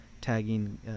tagging